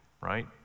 right